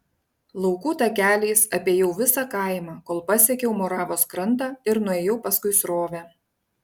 laukų takeliais apėjau visą kaimą kol pasiekiau moravos krantą ir nuėjau paskui srovę